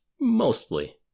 mostly